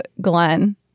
Glenn